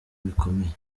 bikomeye